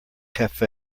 cafe